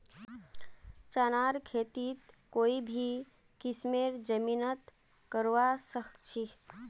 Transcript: चनार खेती कोई भी किस्मेर जमीनत करवा सखछी